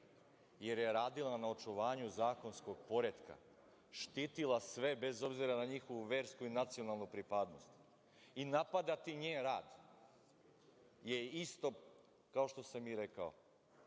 jer je radila na očuvanju zakonskog poretka, štitila sve, bez obzira na njihovu versku i nacionalnu pripadnost. I, napadati njen rad je isto, kao što sam i rekao,